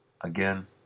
Again